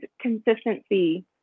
consistency